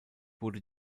wurde